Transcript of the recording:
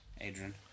Adrian